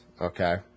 okay